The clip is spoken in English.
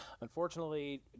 unfortunately